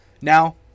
now